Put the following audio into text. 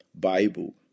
bible